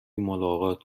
ملاقات